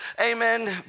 amen